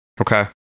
Okay